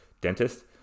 Dentist